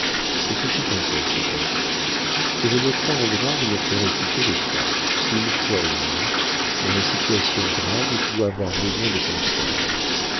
et ce fut un tort peut-être que je me crois en droit de me faire écouter de toi une fois au moins dans la situation grave où tu dois avoir besoin de conseils